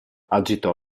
agitò